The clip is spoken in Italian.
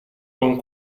con